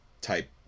type